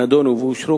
נדונו ואושרו,